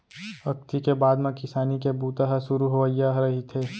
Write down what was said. अक्ती के बाद म किसानी के बूता ह सुरू होवइया रहिथे